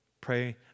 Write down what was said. Pray